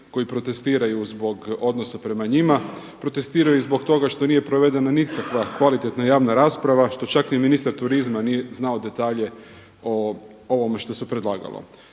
koji protestiraju zbog odnosa prema njima, protestiraju i zbog toga što nije provedena nikakva kvalitetna javna rasprava što čak ni ministar turizma nije znao detalje o ovome što se predlagalo.